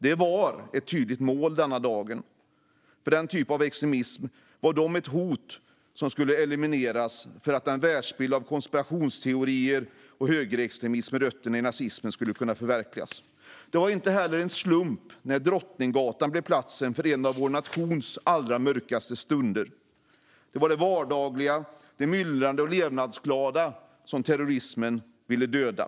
De var ett tydligt mål denna dag. För den typen av extremism var de ett hot som skulle elimineras för att en världsbild av konspirationsteorier och högerextremism med rötterna i nazismen skulle kunna förverkligas. Det var inte heller en slump när Drottninggatan blev platsen för en av vår nations allra mörkaste stunder. Det var det vardagliga, myllrande och levnadsglada som terrorismen ville döda.